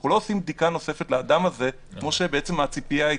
אנחנו לא עושים בדיקה נוספת לאדם הזה כמו שהציפייה הייתה,